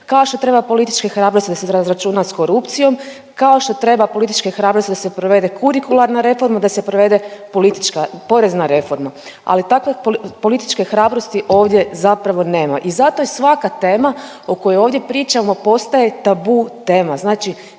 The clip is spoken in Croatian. kao što treba političke hrabrosti da se razračuna s korupcijom, kao što treba političke hrabrosti da se provede kurikularna reforma, da se provede porezna reforma. Ali takve političke hrabrosti ovdje zapravo nema i zato je svaka tema o kojoj ovdje pričamo postaje tabu tema,